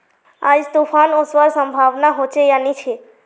आज तूफ़ान ओसवार संभावना होचे या नी छे?